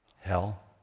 hell